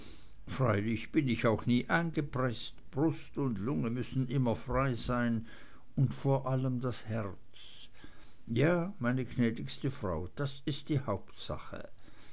freilich bin ich auch nie eingepreßt brust und lunge müssen immer frei sein und vor allem das herz ja meine gnädigste frau das ist die hauptsache